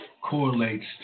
correlates